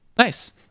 Nice